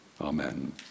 Amen